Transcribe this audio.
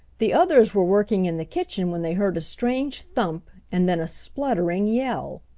the others were working in the kitchen when they heard a strange thump and then a spluttering yell.